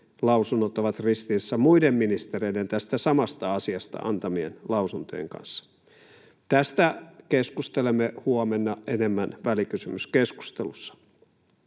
luonnollisesti ristissä myös muiden ministereiden tästä samasta asiasta antamien lausuntojen kanssa. Tästä keskustelemme huomenna enemmän välikysymyskeskustelussa.